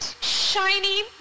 shiny